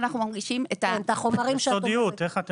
אבל יש סודיות.